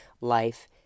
life